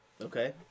Okay